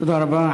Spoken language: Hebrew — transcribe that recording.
תודה רבה.